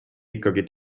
ikkagi